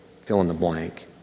fill-in-the-blank